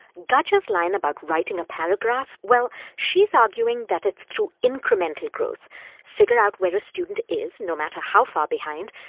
gudger's line about writing a paragraph well, she's arguing that it's through incremental growth figure out where a student is, no matter how far behind,